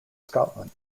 scotland